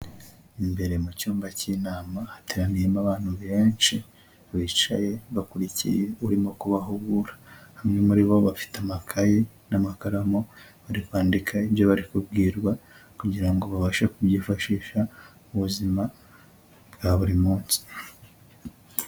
Imbere mu cyumba cy'inama hateraniyemo abantu benshi, bicaye bakurikiye urimo kubahugura. Bamwe muri bo bafite amakaye n'amakaramu, bari kwandikamo ibyo bari kubwirwa kugira ngo babashe kubyifashisha mu buzima bwa buri munsi.